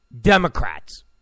Democrats